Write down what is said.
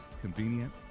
convenient